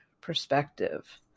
perspective